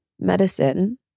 medicine